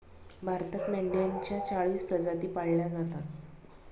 भारतात मेंढ्यांच्या चाळीस प्रजाती पाळल्या जातात